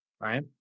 right